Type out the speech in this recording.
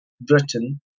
Britain